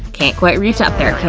can't quite reach up there, can